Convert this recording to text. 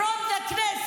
from the Knesset,